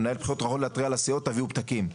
המנהל בחירות יכול להתריע על הסיעות תביאו פתקים,